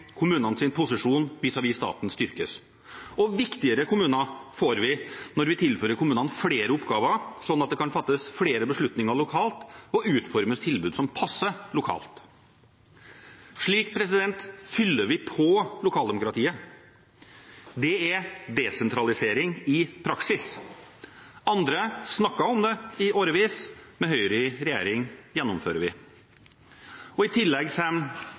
kommunene større frihet fra statlig overstyring. Kommunenes vedtak veier tyngre, plan- og bygningsloven forenkler saksbehandlingen, og kommunenes posisjon vis-à-vis staten styrkes. Viktigere kommuner får vi når vi tilfører kommunene flere oppgaver, slik at det kan fattes flere beslutninger lokalt og utformes tilbud som passer lokalt. Slik fyller vi på lokaldemokratiet. Det er desentralisering i praksis. Andre snakket om det i årevis. Med Høyre i regjering gjennomfører vi. I tillegg